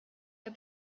der